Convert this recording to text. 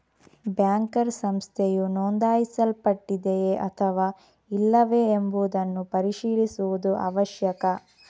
banker ಸಂಸ್ಥೆಯು ನೋಂದಾಯಿಸಲ್ಪಟ್ಟಿದೆಯೇ ಅಥವಾ ಇಲ್ಲವೇ ಎಂಬುದನ್ನು ಪರಿಶೀಲಿಸುವುದು ಅವಶ್ಯಕ